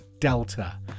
Delta